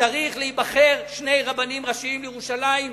צריך לבחור שני רבנים ראשיים לירושלים,